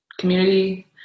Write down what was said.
community